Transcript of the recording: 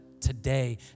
today